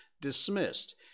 dismissed